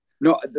No